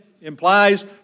implies